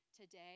today